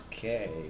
Okay